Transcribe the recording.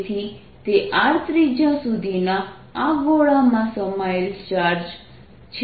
તેથી તે r ત્રિજ્યા સુધીના આ ગોળામાં સમાયેલ ચાર્જ છે